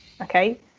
okay